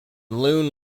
loon